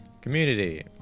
community